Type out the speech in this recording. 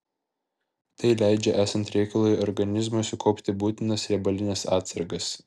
tai leidžia esant reikalui organizmui sukaupti būtinas riebalines atsargas